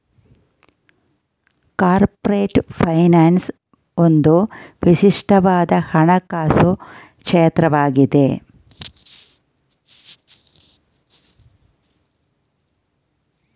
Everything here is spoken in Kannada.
ಕಾರ್ಪೊರೇಟ್ ಫೈನಾನ್ಸ್ ಒಂದು ವಿಶಿಷ್ಟವಾದ ಹಣಕಾಸು ಕ್ಷೇತ್ರವಾಗಿದೆ